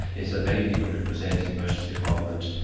is that many people who present to the emergency department,